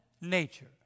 nature